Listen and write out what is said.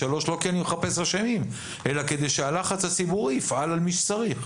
3 וזה לא כי אני מחפש אשמים אלא כדי שהלחץ הציבורי יפעל על מי שצריך.